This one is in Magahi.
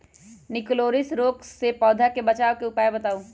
निककरोलीसिस रोग से पौधा के बचाव के उपाय बताऊ?